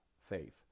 faith